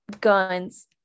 guns